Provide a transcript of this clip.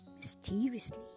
mysteriously